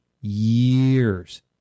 years